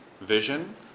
vision